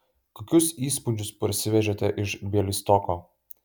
kokius įspūdžius parsivežėte iš bialystoko